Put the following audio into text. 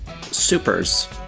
supers